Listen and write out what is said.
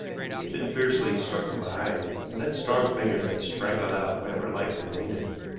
he had been fiercely struck from behind, and then strong fingers had strangled out whatever life remained in him.